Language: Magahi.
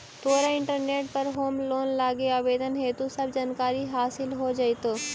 तोरा इंटरनेट पर होम लोन लागी आवेदन हेतु सब जानकारी हासिल हो जाएतो